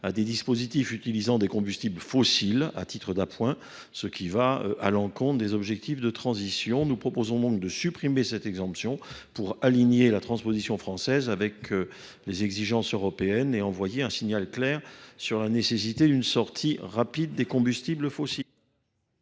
à des dispositifs utilisant des combustibles fossiles à titre d’appoint, ce qui va à l’encontre des objectifs de transition. Nous proposons donc de la supprimer pour aligner la transposition française sur les exigences européennes et envoyer un signal clair quant à la nécessité d’une sortie rapide des combustibles fossiles.